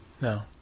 No